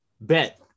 Bet